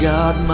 God